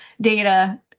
data